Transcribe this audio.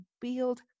build